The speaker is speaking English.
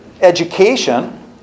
education